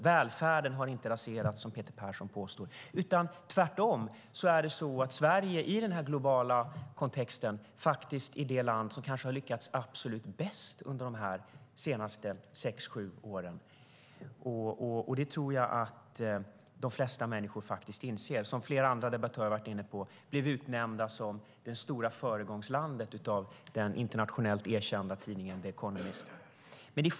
Välfärden har inte raserats, som Peter Persson påstår. Tvärtom är Sverige i den globala kontexten det land som kanske har lyckats bäst under de senaste sex sju åren, och det inser nog de flesta människor. Som flera andra debattörer har varit inne på blev vi utsedda till det stora föregångslandet av den internationellt erkända tidningen The Economist.